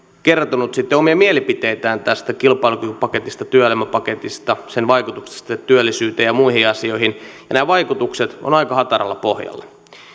kertonut sitten omia mielipiteitään tästä kilpailukykypaketista työelämäpaketista sen vaikutuksista työllisyyteen ja muihin asioihin ja nämä vaikutukset ovat aika hataralla pohjalla